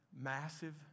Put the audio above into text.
Massive